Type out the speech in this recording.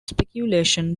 speculation